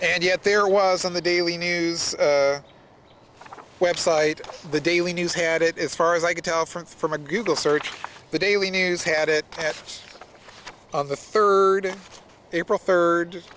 and yet there was on the daily news website the daily news had it as far as i could tell from from a google search the daily news had it on the third of april third